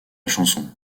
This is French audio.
chanson